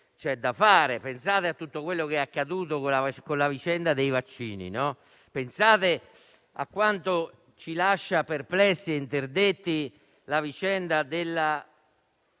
da fare. Pensate a tutto quanto è accaduto con la vicenda dei vaccini; pensate a quanto ci lascia perplessi e interdetti la vicenda dei